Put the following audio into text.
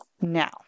now